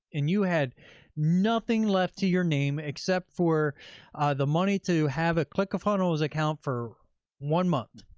and you had nothing left to your name except for the money to have a clickfunnels account for one month,